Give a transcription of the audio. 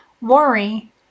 Worry